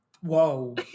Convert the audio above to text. Whoa